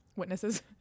Witnesses